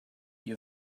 you